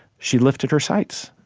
she lifted her sights.